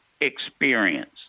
experience